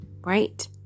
Right